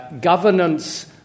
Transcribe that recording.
governance